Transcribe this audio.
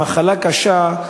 ובמחלה קשה,